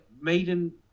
Maiden